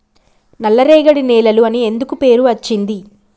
నల్లరేగడి నేలలు అని ఎందుకు పేరు అచ్చింది?